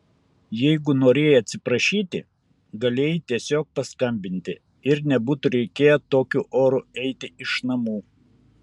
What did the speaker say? jeigu norėjai atsiprašyti galėjai tiesiog paskambinti ir nebūtų reikėję tokiu oru eiti iš namų